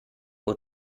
uhr